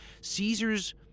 Caesar's